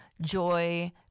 joy